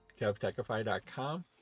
kevtechify.com